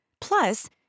Plus